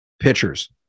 pitchers